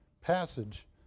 passage